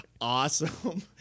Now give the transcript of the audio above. awesome